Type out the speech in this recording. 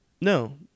No